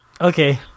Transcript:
Okay